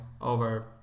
over